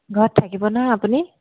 ঘৰত থাকিব নহয় আপুনি